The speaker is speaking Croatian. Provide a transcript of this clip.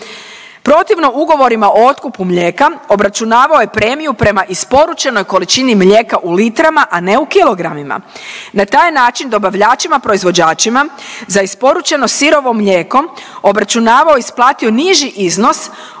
Protivno ugovorima o otkupu mlijeka obračunavao je premiju prema isporučenoj količini mlijeka u litrama, a ne u kilogramima. Na taj način dobavljačima proizvođačima za isporučeno sirovo mlijeko obračunavao isplatio niži iznos od onoga